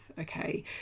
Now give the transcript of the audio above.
okay